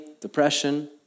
depression